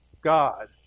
God